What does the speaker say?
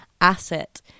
asset